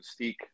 mystique